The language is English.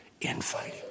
infighting